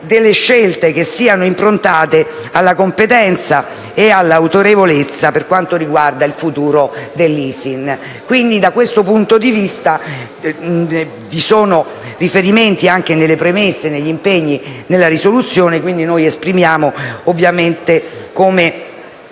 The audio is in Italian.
per scelte che siano improntate alla competenza e all'autorevolezza per quanto riguarda il futuro dell'ISIN. Da questo punto di vista, vi sono riferimenti nelle premesse, nell'impegno e nella risoluzione. Noi dunque esprimiamo, come